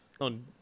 on